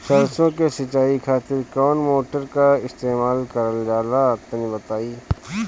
सरसो के सिंचाई खातिर कौन मोटर का इस्तेमाल करल जाला तनि बताई?